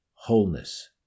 Wholeness